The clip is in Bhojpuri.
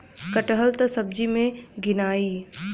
कटहल त सब्जी मे गिनाई